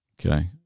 Okay